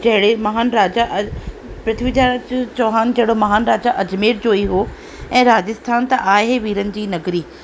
जहिड़े महान राजा अॼु पृथ्वी राज चौहान जेहि महान राजा अजमेर जो ही हो ऐं राजस्थान त आहे विरन जी नगरी